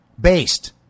based